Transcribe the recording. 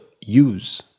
Use